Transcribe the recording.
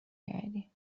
کردی